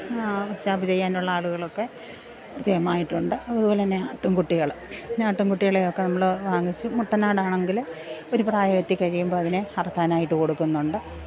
കശാപ്പ് ചെയ്യാനുള്ള ആളുകളൊക്കെ കൃത്യമായിട്ടുണ്ട് അതും അതുപോലെത്തന്നെ ആട്ടും കുട്ടികൾ ആട്ടിന്കുട്ടികളെയൊക്കെ നമ്മൾ വാങ്ങിച്ച് മുട്ടനാടാണെങ്കിൽ ഒരു പ്രായം എത്തിക്കഴിയുമ്പോൾ അതിനെ അറുക്കാനായിട്ട് കൊടുക്കുന്നുണ്ട്